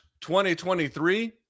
2023